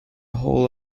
whole